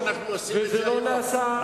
וזה לא נעשה,